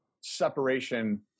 separation